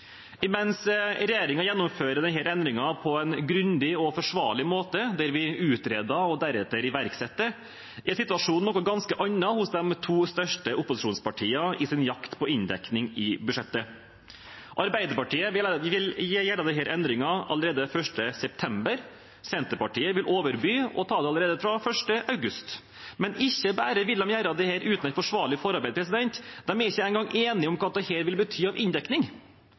gjennomfører denne endringen på en grundig og forsvarlig måte, der vi utreder og deretter iverksetter, er situasjonen en ganske annen hos de to største opposisjonspartiene i deres jakt på inndekning i budsjettet. Arbeiderpartiet vil gjøre denne endringen allerede 1. september, Senterpartiet vil overby dem og ta det allerede fra 1. august. Men ikke bare vil de gjøre dette uten et forsvarlig forarbeid, de er ikke engang enige om hva det vil bety i inndekning.